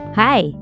Hi